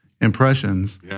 impressions